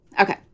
Okay